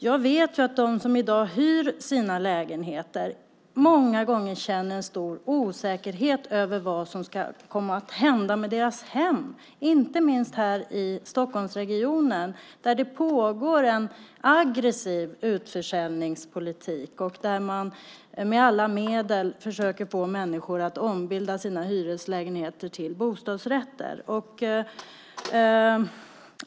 Jag vet att de som i dag hyr sina lägenheter många gånger känner en stor osäkerhet över vad som ska komma att hända med deras hem, inte minst i Stockholmsregionen där det pågår en aggressiv utförsäljningspolitik där man med alla medel försöker få människor att ombilda sina hyreslägenheter till bostadsrätter.